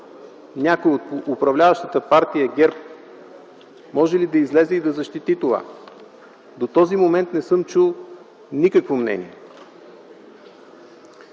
Някой от управляващата партия ГЕРБ може ли да излезе и да защити това? До този момент не съм чул никакво мнение.